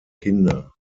kinder